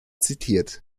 zitiert